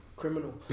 criminal